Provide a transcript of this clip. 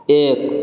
एक